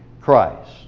Christ